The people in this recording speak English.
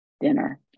dinner